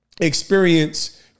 experience